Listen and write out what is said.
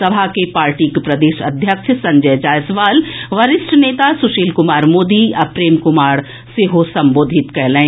सभा के पार्टीक प्रदेश अध्यक्ष संजय जायसवाल वरिष्ठ नेता सुशील कुमार मोदी आ प्रेम कुमार सेहो संबोधित कयलनि